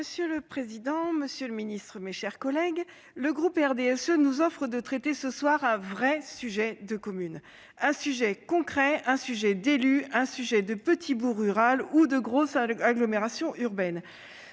Monsieur le président, monsieur le secrétaire d'État, mes chers collègues, le groupe du RDSE nous offre de traiter ce soir un véritable sujet communal, un sujet concret, un sujet d'élus, un sujet de petit bourg rural ou de grosse agglomération urbaine.